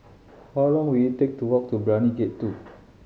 how long will it take to walk to Brani Gate Two